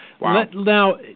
now